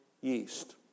yeast